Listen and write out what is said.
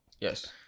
Yes